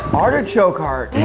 artichoke hearts.